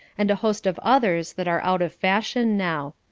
and a host of others that are out of fashion now.